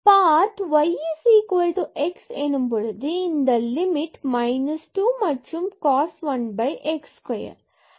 பாத் path y x எனும் போது இந்த லிமிட் limit லிமிட் minus 2 மற்றும் cos 1 x square